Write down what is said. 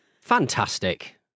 Fantastic